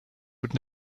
would